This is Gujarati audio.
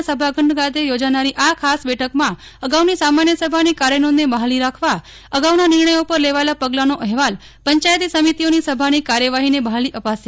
ના સભાખંડ ખાતે યોજાનારી આ ખાસ બેઠકમાં અગાઉની સામાન્ય સભાની કાર્યનોંધને બહાલ રાખવા અગાઉના નિર્ણયો પર લેવાયેલા પગલાંનો અહેવાલ પંચાયતી સમિતિઓની સભાની કાર્યવાહીને બહાલી અપાશે